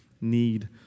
need